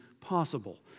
possible